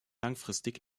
langfristig